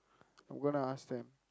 I'm going to ask them